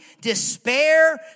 despair